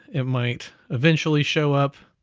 it might eventually show up,